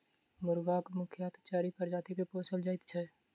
मुर्गाक मुख्यतः चारि प्रजाति के पोसल जाइत छै